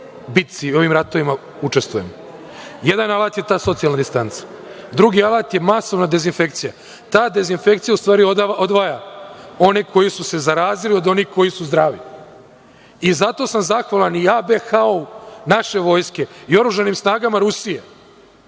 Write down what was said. bici u ovim ratovima učestvujemo. Jedan alat je ta socijalna distanca. Drugi alat je masovna dezinfekcija. Ta dezinfekcija, u stvari, odvaja one koji su se zarazili od onih koji su zdrav i zato sam zahvalan i ABHO-u naše vojske i oružanim snagama Rusije. Ljudi